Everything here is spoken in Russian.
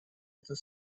это